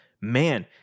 man